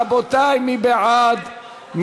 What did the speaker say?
רבותי, מי בעד?